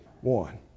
one